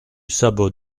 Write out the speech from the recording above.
sabot